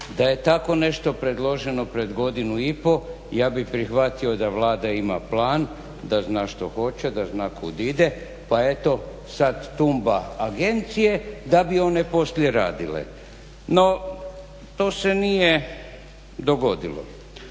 Da je tako nešto predloženo pred godinu i pol ja bih prihvatio da Vlada ima plan, da zna što hoće, da zna kud ide pa eto sada tumba agencije da bi one poslije radile. No to se nije dogodilo.